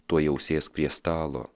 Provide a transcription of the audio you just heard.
tuojau sėsk prie stalo